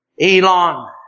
Elon